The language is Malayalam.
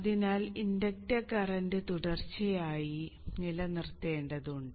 അതിനാൽ ഇൻഡക്റ്റർ കറന്റ് തുടർച്ചയായി നിലനിർത്തേണ്ടതുണ്ട്